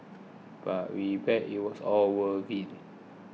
but we bet it was all worth it